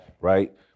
right